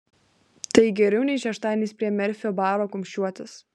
tai geriau nei šeštadieniais prie merfio baro kumščiuotis